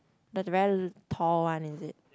the very tall one is it